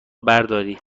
برداری